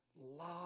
love